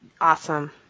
awesome